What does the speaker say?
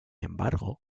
embargo